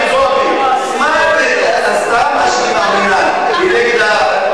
ההחלטה שלהם היא על מעשים, לא על דעות.